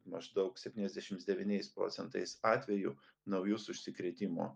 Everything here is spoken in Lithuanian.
maždaug septyniasdešims devyniais procentais atvejų naujus užsikrėtimo